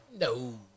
No